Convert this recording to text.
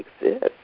exist